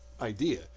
idea